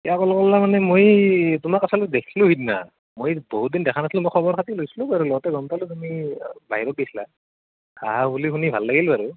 ক'লে গৈছিলা মানে মই তোমাক আচলতে দেখিলোঁ সেইদিনা মই বহুতদিন দেখা নাছিলোঁ খবৰ খাতি লৈছিলোঁ আৰু লওঁতে গম পালোঁ তুমি বাহিৰত গৈছিলা আহা বুলি শুনি ভাল লাগিল বাৰু